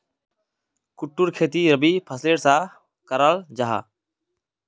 कुट्टूर खेती रबी फसलेर सा कराल जाहा